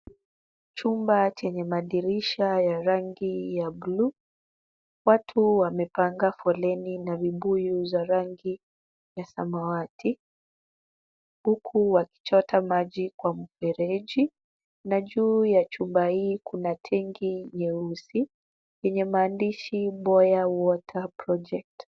Chumba chenye madirisha ya rangi ya bluu, watu wamepanga foleni na vibuyu za rangi ya samawati, huku wakichota maji kwa mfereji na juu ya chumba hii kuna tenki nyeusi yenye maandishi Boya Water Project .